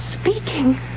speaking